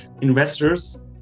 investors